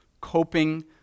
coping